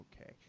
okay